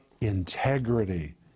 integrity